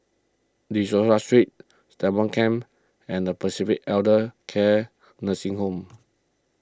De Souza Street Stagmont Camp and Pacific Elder Care Nursing Home